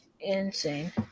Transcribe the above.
insane